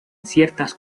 ciertas